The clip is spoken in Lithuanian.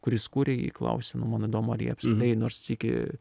kuris kuria jį klausia nu man įdomu ar jie apskritai nors sykį